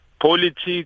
politics